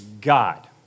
God